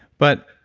but,